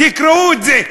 תקראו את זה.